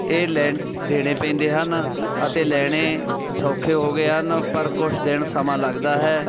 ਇਹ ਲੈਣ ਦੇਣੇ ਪੈਂਦੇ ਹਨ ਅਤੇ ਲੈਣੇ ਸੌਖੇ ਹੋ ਗਏ ਹਨ ਪਰ ਕੁਛ ਦਿਨ ਸਮਾਂ ਲੱਗਦਾ ਹੈ